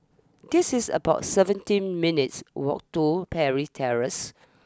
it is about seventeen minutes' walk to Parry Terrace